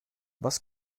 was